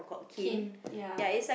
kin ya